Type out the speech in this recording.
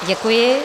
Děkuji.